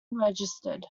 registered